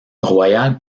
royal